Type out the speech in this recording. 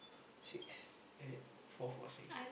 sixth is it fourth or sixth